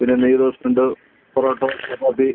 പിന്നെ നീയ്റോസ്റ്റുണ്ട് പൊറോട്ട ചപ്പാത്തി